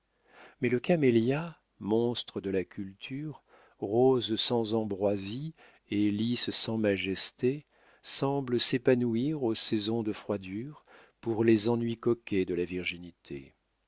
mais le camélia monstre de la culture rose sans ambroisie et lis sans majesté semble s'épanouir aux saisons de froidure pour les ennuis coquets de la virginité